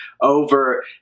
over